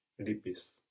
lipis